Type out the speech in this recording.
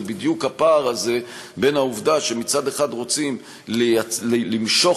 זה בדיוק הפער הזה בין העובדה שמצד אחד רוצים למשוך